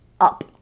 up